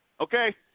Okay